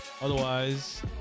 Otherwise